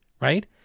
right